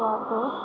হোৱাটো